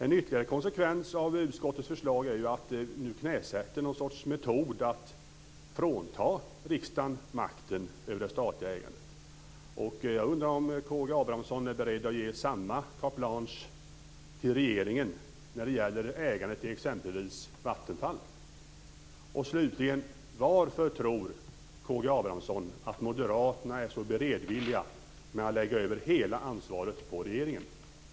En ytterligare konsekvens av utskottets förslag är att man nu knäsätter någon sorts metod att frånta riksdagen makten över det statliga ägandet. Jag undrar om K G Abramsson är beredd att ge samma carte blanche till regeringen när det gäller ägandet i exempelvis Vattenfall. Slutligen: Varför tror K G Abramsson att moderaterna är så beredvilliga med att lägga hela ansvaret på regeringen?